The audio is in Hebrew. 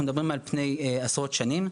אנחנו מדברים על 70% של תרומה למאזן של הריבוי,